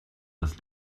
das